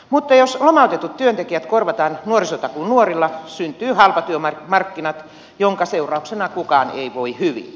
mutta jos lomautetut työntekijät korvataan nuorisotakuun nuorilla syntyy halpatyömarkkinat minkä seurauksena kukaan ei voi hyvin